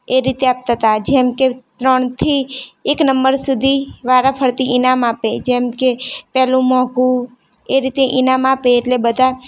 એ રીતે આપતા હતા જેમકે ત્રણથી એક નંબર સુધી વારા ફરતી ઈનામ આપે જેમ કે પેલું મોંઘું એ રીતે ઈનામ આપે એટલે બધા